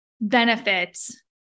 benefits